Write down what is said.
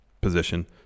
position